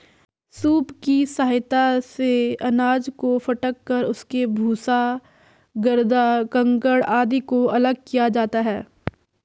soup की सहायता से अनाज को फटक कर उसके भूसा, गर्दा, कंकड़ आदि को अलग किया जाता है